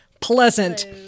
pleasant